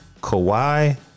Kawhi